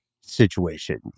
situation